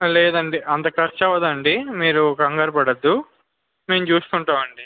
లేదండి అంత ఖర్చు అవదండి మీరు కంగారు పడద్ధు మేము చూసుకుంటాము అండి